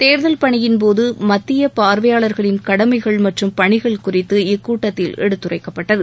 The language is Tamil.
தேர்தல் பணியின் போது மத்திய பார்வையாளர்களின் கடமைகள் மற்றும் பணிகள் குறித்து இக்கூட்டத்தில் எடுத்துரைக்கப்பட்டது